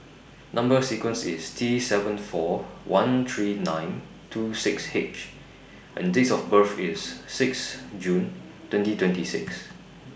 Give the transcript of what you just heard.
Number sequence IS T seven four one three nine two six H and Date of birth IS six June twenty twenty six